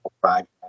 project